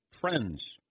Friends